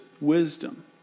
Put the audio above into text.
wisdom